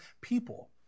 people